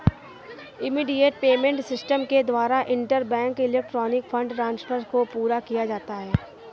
immediate payment system के द्वारा interbank electronic fund transfer को पूरा किया जाता है